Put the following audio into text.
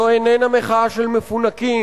זו איננה מחאה של מפונקים.